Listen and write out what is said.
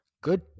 Good